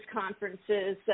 conferences